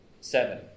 seven